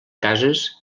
cases